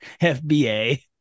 FBA